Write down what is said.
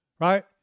right